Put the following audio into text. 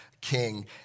king